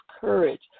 courage